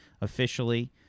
officially